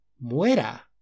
muera